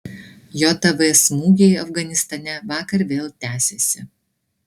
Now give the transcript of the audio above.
jav smūgiai afganistane vakar vėl tęsėsi